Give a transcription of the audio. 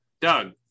Doug